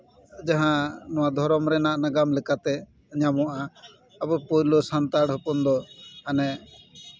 ᱡᱟᱦᱟᱸ ᱱᱚᱣᱟ ᱫᱷᱚᱨᱚᱢ ᱨᱮᱱᱟᱜ ᱱᱟᱜᱟᱢ ᱞᱮᱠᱟᱛᱮ ᱧᱟᱢᱚᱜᱼᱟ ᱟᱵᱚ ᱯᱳᱭᱞᱳ ᱥᱟᱱᱛᱟᱲ ᱦᱚᱯᱚᱱ ᱫᱚ ᱦᱟᱱᱮ